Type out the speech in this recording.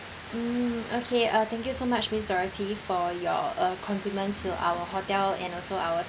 mm okay uh thank you so much miss dorothy for your uh compliment to our hotel and also our